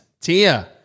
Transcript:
Tia